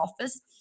office